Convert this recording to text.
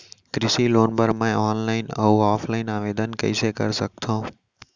कृषि लोन बर मैं ऑनलाइन अऊ ऑफलाइन आवेदन कइसे कर सकथव?